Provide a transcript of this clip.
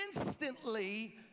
instantly